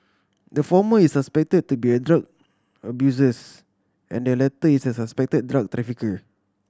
the former is suspected to be a drug abusers and the latter is a suspected drug trafficker